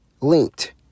linked